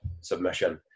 submission